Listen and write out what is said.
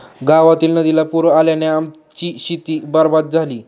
गावातील नदीला पूर आल्याने आमची शेती बरबाद झाली